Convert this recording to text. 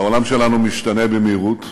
העולם שלנו משתנה במהירות.